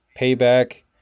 payback